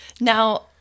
Now-